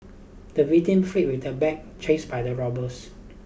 the victim fled with the bag chased by the robbers